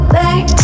back